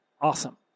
awesome